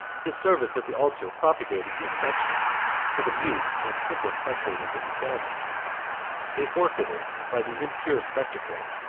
his service at the altar propagated the infection to the mute and simple spectators of the ceremony they forfeited, by the impure spectacle,